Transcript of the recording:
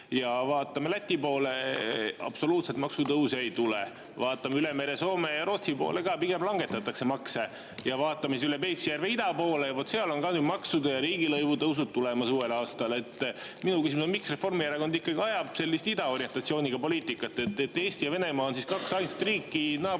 Vaatame Läti poole: absoluutselt maksutõuse ei tule. Vaatame üle mere Soome ja Rootsi poole ka: pigem langetatakse makse. Ja vaatame siis üle Peipsi järve ida poole: vaat seal on ka nüüd maksude ja riigilõivude tõusud tulemas uuel aastal. Minu küsimus on, miks Reformierakond ajab sellist idaorientatsiooniga poliitikat. Eesti ja Venemaa on kaks ainsat riiki naabruskonnas,